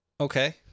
Okay